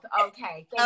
Okay